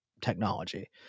technology